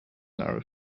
narrow